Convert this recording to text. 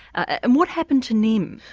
and what happened to nim?